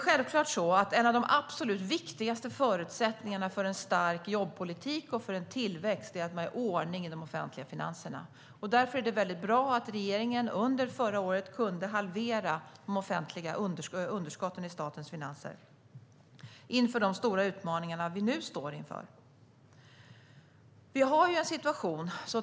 Självklart är en av de absolut viktigaste förutsättningarna för en stark jobbpolitik och för tillväxt att det är ordning i de offentliga finanserna. Därför var det bra att regeringen under förra året kunde halvera underskotten i statens finanser inför de stora utmaningar vi nu står inför.